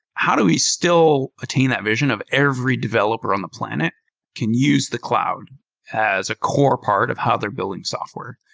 how do we still attain that vision of every developer on the planet can use the cloud as a core part of how they're building software?